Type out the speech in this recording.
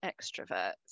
extroverts